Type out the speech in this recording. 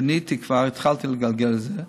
כבר פניתי, התחלתי לגלגל את זה,